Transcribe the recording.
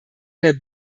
der